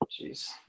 Jeez